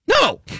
no